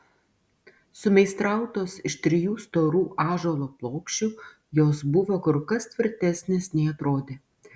sumeistrautos iš trijų storų ąžuolo plokščių jos buvo kur kas tvirtesnės nei atrodė